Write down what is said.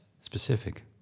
specific